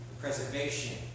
preservation